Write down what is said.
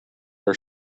are